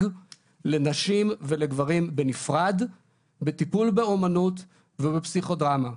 לנשים ולגברים בנפרד בטיפול באומנות ובפסיכודרמה.